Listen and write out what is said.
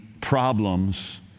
problems